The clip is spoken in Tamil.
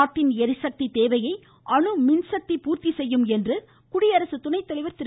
நாட்டின் ளிசக்தி தேவையை அணுமின் சக்தி பூர்த்தி செய்யும் என்று குடியரசு துணைத்தலைவர் திரு